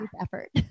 Effort